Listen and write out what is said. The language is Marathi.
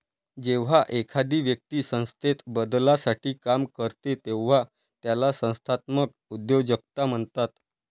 जेव्हा एखादी व्यक्ती संस्थेत बदलासाठी काम करते तेव्हा त्याला संस्थात्मक उद्योजकता म्हणतात